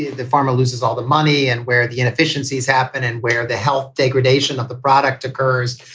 the the farmer loses all the money and where the inefficiencies happen and where the health degradation of the product occurs.